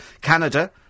Canada